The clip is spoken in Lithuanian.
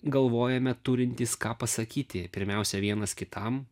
galvojame turintys ką pasakyti pirmiausia vienas kitam